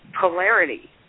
Polarity